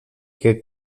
que